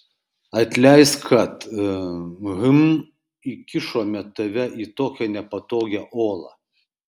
atleisk kad hm įkišome tave į tokią nepatogią olą